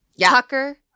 Tucker